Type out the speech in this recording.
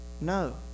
No